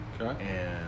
Okay